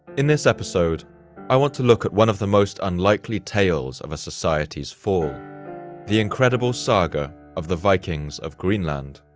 in this episode i want to look at one of the most unlikely tales of a society's fall the incredible saga of the vikings of greenland.